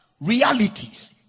realities